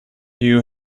you